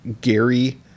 Gary